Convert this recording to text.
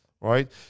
right